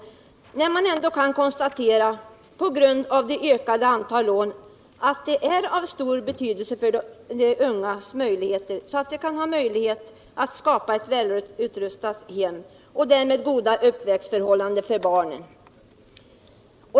Det är litet konstigt, för man kan ju ändå på grund av det ökade antalet lån konstatera att de har stor betydelse för de ungas möjligheter att skapa ett välutrustat hem och därmed goda förhållanden för barnen.